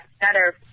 better